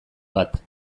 bat